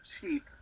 cheap